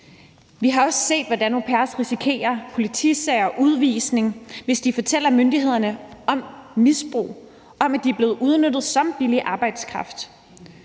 Vi har også set, hvordan au pairer risikerer politisager og udvisning, hvis de fortæller myndighederne om misbrug, om, at de er blevet udnyttet som billig arbejdskraft.